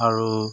আৰু